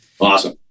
Awesome